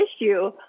issue